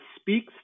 speaks